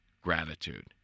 gratitude